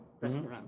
restaurant